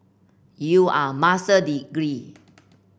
you are Master degree